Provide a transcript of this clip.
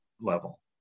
level